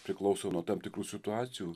priklauso nuo tam tikrų situacijų